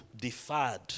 deferred